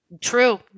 True